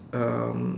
um